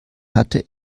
hatte